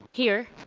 here.